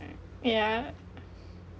yeah